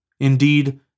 Indeed